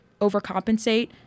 overcompensate